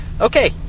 Okay